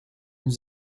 nous